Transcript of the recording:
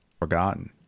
forgotten